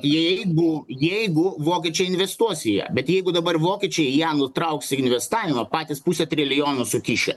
jeigu jeigu vokiečiai investuos į ją bet jeigu dabar vokiečiai ją nutrauks investavimą patys pusę trilijono sukišę